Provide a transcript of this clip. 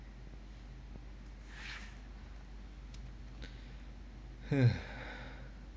hmm